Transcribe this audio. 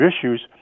issues